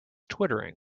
twittering